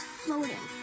floating